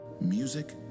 music